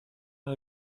par